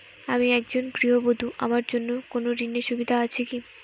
আমি একজন গৃহবধূ আমার জন্য কোন ঋণের সুযোগ আছে কি?